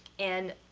and